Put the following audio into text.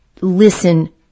listen